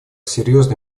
серьезный